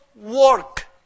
work